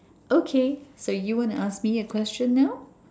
okay so you want to ask me a question now